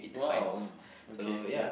!wow! oh okay okay